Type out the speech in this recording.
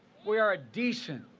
we are a decent,